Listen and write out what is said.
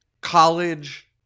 college